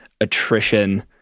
attrition